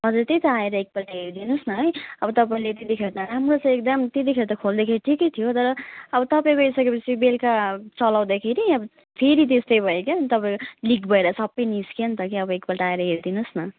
हजुर त्यही त आएर एक पल्ट हेरिदिनु होस् न है अब तपाईँले त्यतिखेर त राम्रो छ एकदम त्यतिखेर खोल्दा त ठिकै थियो तर अब तपाईँ गइसके पछि बेलुका चलाउँदैखेरि अब फेरि त्यस्तै भयो के अन्त अब लिक भएर सबै निस्क्यो अन्त कि अब एक पल्ट आएर हेरिदिनु होस् न